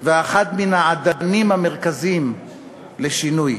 ואחד מן האדנים המרכזיים לשינוי.